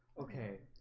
okay?